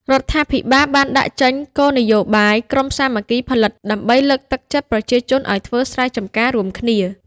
រដ្ឋាភិបាលបានដាក់ចេញគោលនយោបាយ ក្រុមសាមគ្គីផលិតដើម្បីលើកទឹកចិត្តប្រជាជនឱ្យធ្វើស្រែចម្ការរួមគ្នា ។